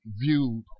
viewed